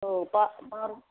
औ बार'